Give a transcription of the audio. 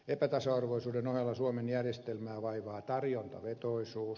epätasa arvoisuuden ohella suomen järjestelmää vaivaa tarjontavetoisuus